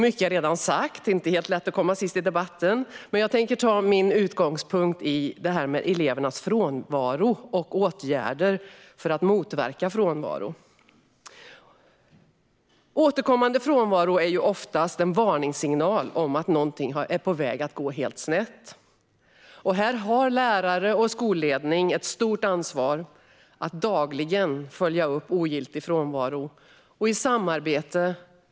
Mycket är redan sagt - det är inte helt lätt att komma sist i debatten. Men jag tänker ta min utgångspunkt i problemet med elevers frånvaro och åtgärder för att motverka frånvaro. Återkommande frånvaro är ofta en varningssignal om att någonting är på väg att gå snett. Det kan handla om allt från kränkningar och trakasserier till psykisk ohälsa och utanförskap.